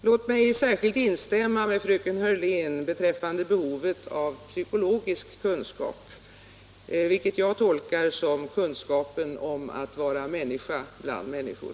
Låt mig särskilt instämma med fröken Hörlén beträffande behovet av psykologisk kunskap, som jag tolkar såsom kunskapen om att vara människa bland människor.